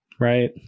right